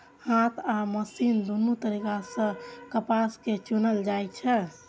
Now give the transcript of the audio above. हाथ आ मशीन दुनू तरीका सं कपास कें चुनल जाइ छै